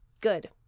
Good